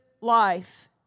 life